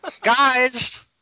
Guys